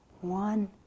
one